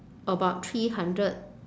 about three hundred